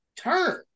Turn